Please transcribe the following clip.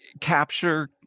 capture